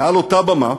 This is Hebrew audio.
מעל אותה במה,